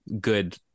good